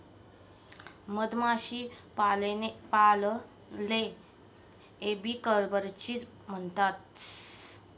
मधमाशीपालनले एपीकल्चरबी म्हणतंस